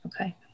Okay